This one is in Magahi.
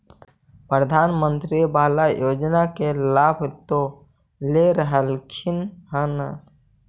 प्रधानमंत्री बाला योजना के लाभ तो ले रहल्खिन ह न?